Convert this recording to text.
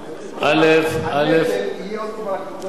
כל הנטל יהיה עוד הפעם על הקבוצות, א.